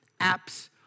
apps